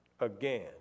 again